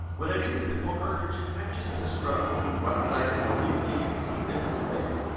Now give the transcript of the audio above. when i do this pitfall cartridge, i'm just going to scrub the right side of it only so you can see the difference it makes.